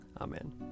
Amen